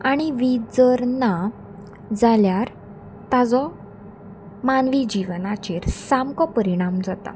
आनी वीज जर ना जाल्यार ताजो मानवी जिवनाचेर सामको परिणाम जाता